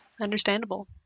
Understandable